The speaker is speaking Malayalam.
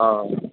ആ